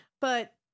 But-